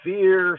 Fear